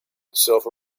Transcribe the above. itself